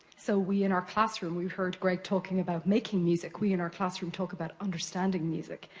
so, we, in our classroom, we heard greg talking about making music. we, in our classroom, talk about understanding music.